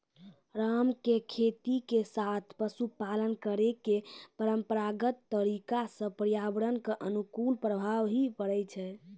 राम के खेती के साथॅ पशुपालन करै के परंपरागत तरीका स पर्यावरण कॅ अनुकूल प्रभाव हीं पड़ै छै